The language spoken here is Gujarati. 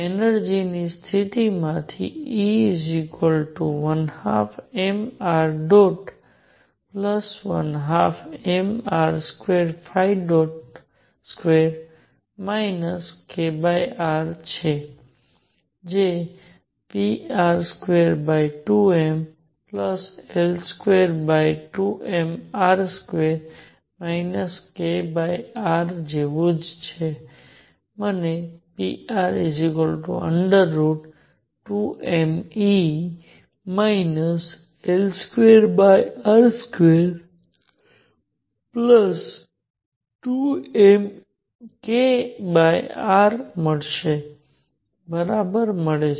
એનર્જિ ની સ્થિતિ માંથી E 12mr212mr22 kr છે જે pr22mL22mR2 kr જેવું જ છે મને pr√2mE L2r22mkr મળશે બરાબર મળે છે